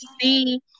see